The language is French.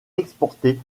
exporter